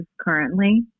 currently